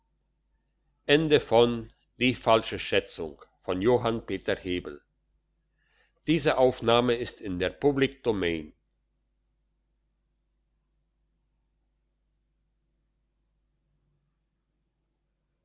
hausvater in der